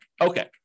Okay